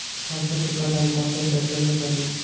सरसों के कटाई कौन सा ट्रैक्टर से करी?